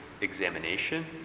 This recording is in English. examination